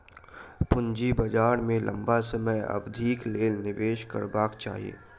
पूंजी बाजार में लम्बा समय अवधिक लेल निवेश करबाक चाही